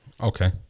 Okay